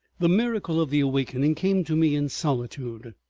the miracle of the awakening came to me in solitude,